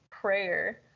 prayer